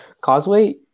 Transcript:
Causeway